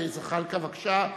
בבקשה.